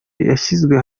yashyizwe